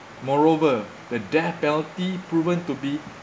moreover the death penalty proven to be